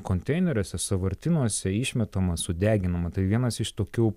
konteineriuose sąvartynuose išmetama sudeginama tai vienas iš tokių